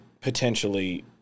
potentially